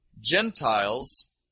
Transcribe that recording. Gentiles